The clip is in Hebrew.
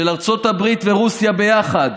של ארצות הברית ורוסיה ביחד